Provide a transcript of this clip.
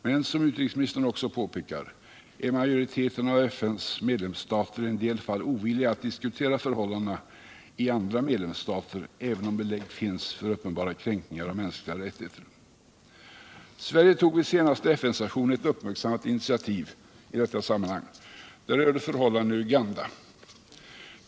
Men som utrikesministern också påpekar är majoriteten av FN:s medlemsstater i en del fall ovilliga att diskutera förhållandena i andra medlemsstater, även om belägg finns för uppenbara kränkningar av mänskliga rättigheter. Sverige tog vid senaste FN-sessionen ett uppmärksammat initiativ. Detta rörde förhållandena i Uganda.